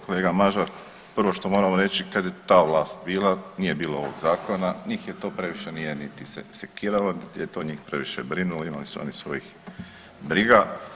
Kolega Mažar prvo što moramo reći kad je ta vlast bila nije bilo ovog zakona, njih je to previše nije niti sekiralo, niti je to njih previše brinulo imali su oni svojih briga.